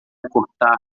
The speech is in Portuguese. cortar